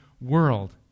world